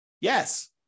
Yes